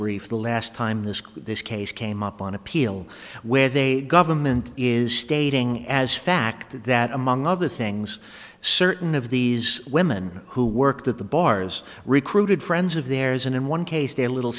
brief the last time this this case came up on appeal where they government is stating as fact that among other things certain of these women who worked at the bars recruited friends of theirs and in one case their little